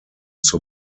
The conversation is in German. zur